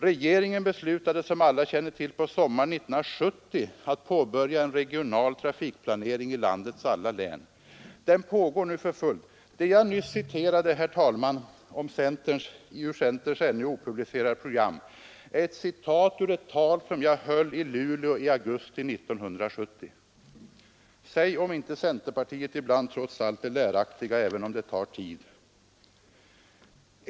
Regeringen beslutade, som alla känner till, på sommaren 1970 att påbörja en regional trafikplanering i landets alla län. Den pågår nu för fullt. Det jag nyss återgav, herr talman, ur centerns ännu opublicerade program är ett citat ur ett tal som jag höll i Luleå i augusti 1970. Säg om inte centerpartiet ibland trots allt är läraktigt, även om det tar tid!